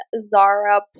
Zara